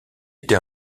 été